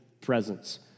presence